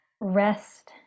rest